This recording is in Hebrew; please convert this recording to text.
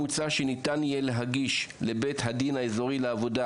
מוצע שניתן יהיה להגיש לבית הדין האזורי לעבודה